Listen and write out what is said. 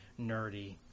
nerdy